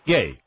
Gay